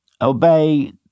obey